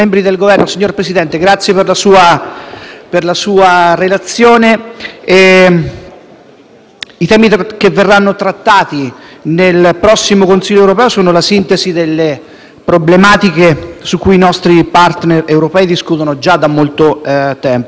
I temi che verranno trattati nel prossimo Consiglio europeo sono la sintesi delle problematiche su cui i nostri *partner* europei discutono già da molto tempo. La questione del rilancio economico, la questione ambientale, la questione dei rapporti della UE in questo caso sono